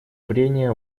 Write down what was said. прения